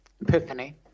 epiphany